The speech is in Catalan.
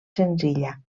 senzilla